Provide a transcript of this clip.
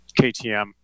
KTM